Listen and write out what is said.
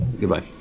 goodbye